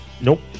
Nope